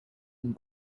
and